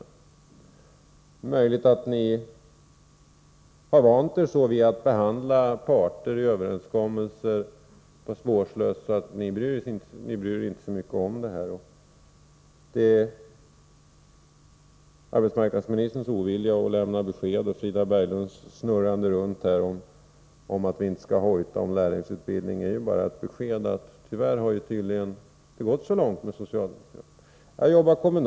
Det är möjligt att ni så har vant er vid att behandla parter i överenskommelser så pass vårdslöst att ni inte bryr er så mycket om denna fråga. Arbetsmarknadsministerns ovilja att lämna besked och Frida Berglunds sätt att snurra runt när det gäller att vi inte skall hojta om lärlingsutbildning är ett besked om att det tyvärr har gått så långt med socialdemokraterna. Herr talman!